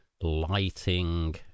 lighting